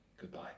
Goodbye